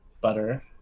butter